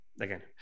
again